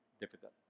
difficult